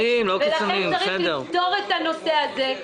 ולכן צריך לפתור את הנושא הזה.